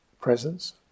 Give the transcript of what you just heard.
presence